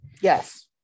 Yes